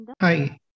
Hi